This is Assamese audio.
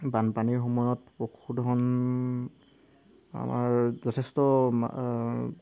বানপানীৰ সময়ত পশুধন আমাৰ যথেষ্ট